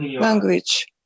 language